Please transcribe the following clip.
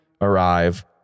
arrive